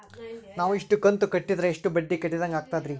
ನಾವು ಇಷ್ಟು ಕಂತು ಕಟ್ಟೀದ್ರ ಎಷ್ಟು ಬಡ್ಡೀ ಕಟ್ಟಿದಂಗಾಗ್ತದ್ರೀ?